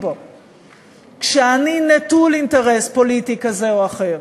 בהם כשאני נטול אינטרס פוליטי כזה או אחר